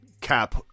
cap